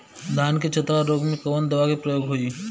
धान के चतरा रोग में कवन दवा के प्रयोग होई?